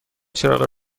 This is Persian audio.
چراغ